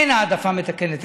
אין העדפה מתקנת.